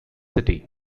city